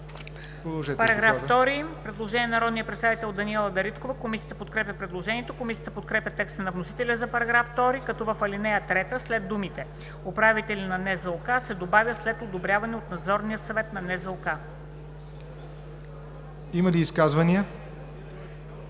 Има ли изказвания